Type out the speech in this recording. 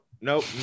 Nope